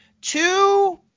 Two